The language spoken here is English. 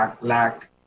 lack